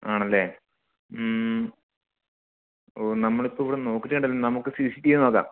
ആണല്ലേ ഓ നമ്മളിപ്പോള് ഇവിടെ നോക്കിയിട്ട് കണ്ടില്ല നമുക്ക് സി സി ടി വി നോക്കാം